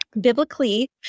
biblically